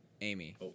Amy